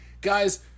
guys